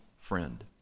friend